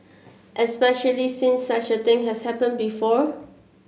especially since such a thing has happened before